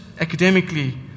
academically